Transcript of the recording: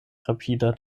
rapida